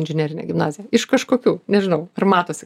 inžinerinė gimnazija iš kažkokių nežinau ar matosi